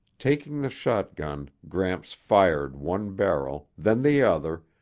taking the shotgun, gramps fired one barrel, then the other,